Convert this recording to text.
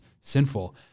sinful